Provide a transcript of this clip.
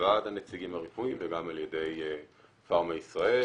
ועד הנציגים הרפואי וגם על ידי פארמה ישראל.